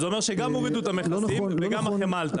זה אומר שגם הורידו את המכסים וגם החמאה עלתה.